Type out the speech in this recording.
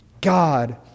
God